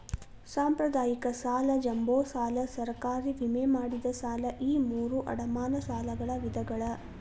ಸಾಂಪ್ರದಾಯಿಕ ಸಾಲ ಜಂಬೋ ಸಾಲ ಸರ್ಕಾರಿ ವಿಮೆ ಮಾಡಿದ ಸಾಲ ಈ ಮೂರೂ ಅಡಮಾನ ಸಾಲಗಳ ವಿಧಗಳ